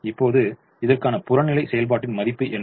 இப்போது இதற்கான புறநிலை செயல்பாட்டின் மதிப்பு என்ன